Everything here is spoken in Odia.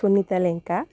ସୁନିତା ଲେଙ୍କା